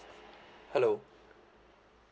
hello